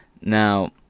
Now